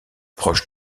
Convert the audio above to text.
proches